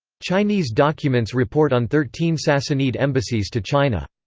chinese documents report on thirteen sassanid embassies to china.